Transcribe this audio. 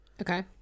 Okay